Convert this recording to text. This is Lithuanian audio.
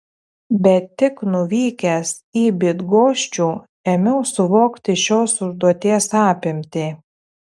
bet tik nuvykęs į bydgoščių ėmiau suvokti šios užduoties apimtį